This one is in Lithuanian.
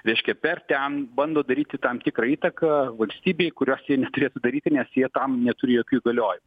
reiškia per ten bando daryti tam tikrą įtaką valstybei kurios jie neturėtų daryti nes jie tam neturi jokių įgaliojimų